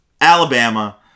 Alabama